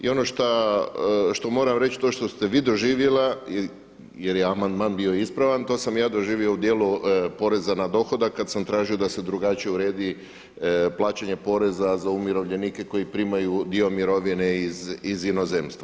I ono što moram reći, to što ste vi doživjela, jer je amandman bio ispravan, to sam i ja doživio u dijelu poreza na dohodak kada sam tražio da se drugačije uredi plaćanje poreza za umirovljenike koji primaju dio mirovine iz inozemstva.